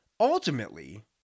ultimately